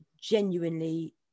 genuinely